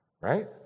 Right